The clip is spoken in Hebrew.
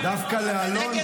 דווקא לאלון?